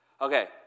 Okay